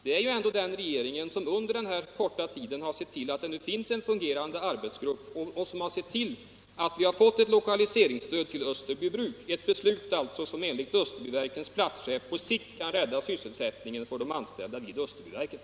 Det är ändå den regeringen som under denna korta tid sett till att vi har fått en fungerande arbetsgrupp och att vi har fått ett lokaliseringsstöd till Österbybruk — ett beslut som enligt Österbyverkens platschef på sikt kan rädda sysselsättningen för de anställda vid Österbyverken.